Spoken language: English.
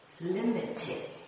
limited